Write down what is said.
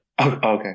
okay